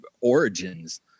origins